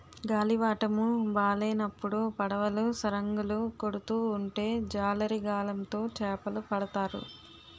గాలివాటము బాలేనప్పుడు పడవలు సరంగులు కొడుతూ ఉంటే జాలరి గాలం తో చేపలు పడతాడు